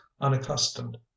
unaccustomed